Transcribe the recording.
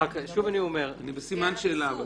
בסימן שאלה.